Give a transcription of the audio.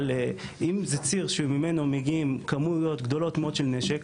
אבל אם זה ציר שממנו מגיעים כמויות גדולות מאוד של נשק,